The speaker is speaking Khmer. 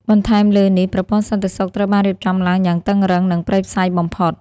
បន្ថែមលើនេះ ប្រព័ន្ធសន្តិសុខត្រូវបានរៀបចំឡើងយ៉ាងតឹងរ៉ឹង និងព្រៃផ្សៃបំផុត។